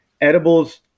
edibles